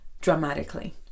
dramatically